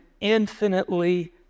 infinitely